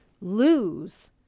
lose